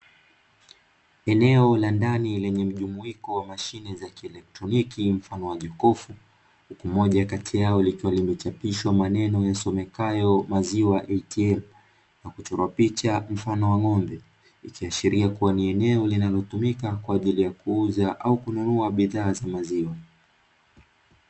Eneo la ndani lenye mjumuiko wa mashine za kielekroniki mfano wa jokofu, huku moja kati yao likiwa limechapishwa maneno yasomekayo "maziwa ATM" na kuchorwa picha mfano wa ng'ombe ikiashiria kua ni eneo linalotumika kwa ajili ya kuuza au kununua bidhaa za maziwa.